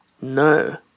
No